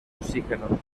oxígeno